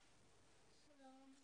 טוב.